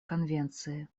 конвенции